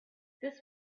this